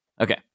Okay